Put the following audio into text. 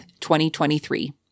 2023